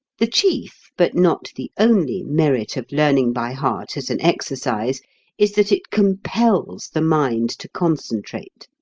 the chief, but not the only, merit of learning by heart as an exercise is that it compels the mind to concentrate.